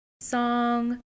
song